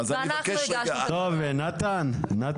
אדוני, ולמה שאומר גלעד.